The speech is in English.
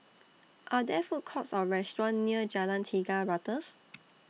Are There Food Courts Or restaurants near Jalan Tiga Ratus